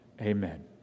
amen